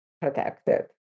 protected